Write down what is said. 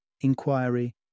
inquiry